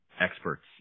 experts